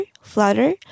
flutter